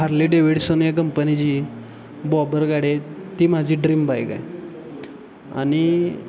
Harley Davidson या कंपनीची bobber गाडी आहे ती माझी ड्रीम बाईक आहे आणि